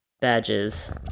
badges